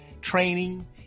training